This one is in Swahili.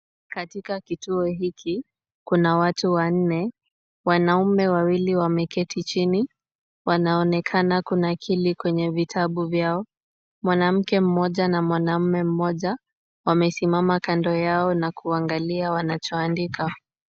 Katika kituo hiki, kuna watu wanne, wanaume wawili wameketi chini. Wanaonekana kunakili kwenye vitabu vyao. Mwanamke mmoja na mwanaume mmoja wamesimama kando yao na kuangalia wanacho andika.